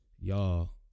y'all